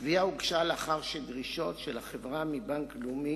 התביעה הוגשה לאחר שדרישות של החברה מבנק לאומי